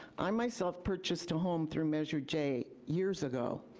i myself purchased a home through measure j years ago.